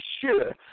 sure